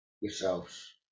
yourselves